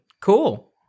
Cool